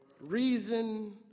Reason